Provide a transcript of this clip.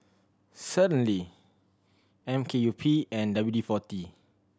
Certainty M K U P and W forty